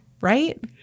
right